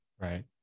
Right